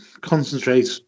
concentrate